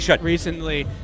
recently